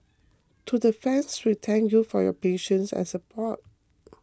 to the fans we thank you for your patience and support